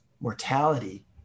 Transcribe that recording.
mortality